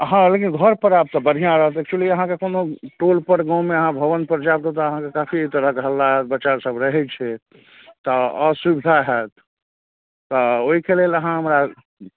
हँ लेकिन घरपर आएब तऽ बढ़िआँ रहत एक्चुअली अहाँके कोनो टोलपर गाममे अहाँ भवनपर जाएब तऽ ओतऽ अहाँके काफी तरहके हल्ला बच्चासभ रहै छै तऽ असुविधा हैत तऽ ओहिके लेल अहाँ हमरा